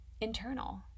internal